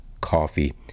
coffee